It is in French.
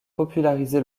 popularisé